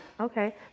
Okay